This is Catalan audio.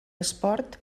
esport